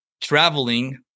traveling